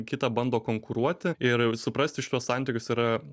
kitą bando konkuruoti ir suprasti šituos santykius yra